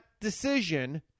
decision